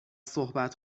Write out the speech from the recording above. صحبت